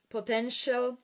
Potential